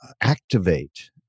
activate